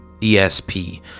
ESP